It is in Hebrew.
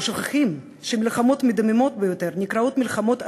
ושוכחים שהמלחמות המדממות ביותר נקראות מלחמות אחים,